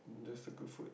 just the good food